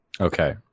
Okay